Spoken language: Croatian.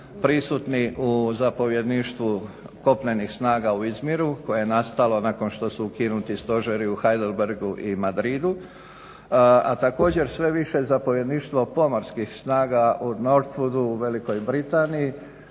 prisutni u zapovjedništvu kopnenih snaga u Izmiru koje je nastalo nakon što su ukinuti stožeri u Heidelbergu i Madridu, a također sve više zapovjedništvo pomorskih snaga u Northwoodu u Velikoj Britaniji